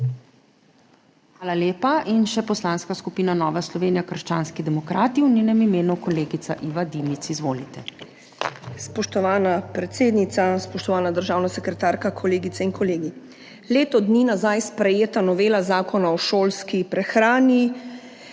Hvala lepa. In še Poslanska skupina Nova Slovenija – krščanski demokrati, v njenem imenu kolegica Iva Dimic. Izvolite. **IVA DIMIC (PS NSi):** Spoštovana predsednica, spoštovana državna sekretarka, kolegice in kolegi! Leto dni nazaj sprejeta novela Zakona o šolski prehrani